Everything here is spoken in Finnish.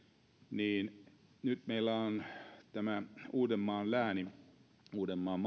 niin nyt meillä täällä uudenmaan läänissä uudenmaan